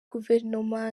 guverinoma